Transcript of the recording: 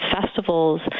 festivals